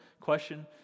question